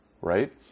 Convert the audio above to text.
right